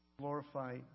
Glorify